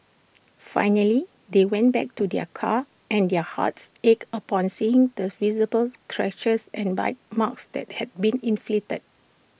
finally they went back to their car and their hearts ached upon seeing the visible scratches and bite marks that had been inflicted